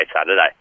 Saturday